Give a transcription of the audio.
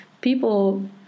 people